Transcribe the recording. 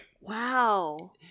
wow